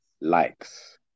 likes